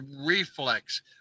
reflex